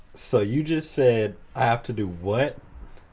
so you just said i have to do what?